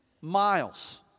miles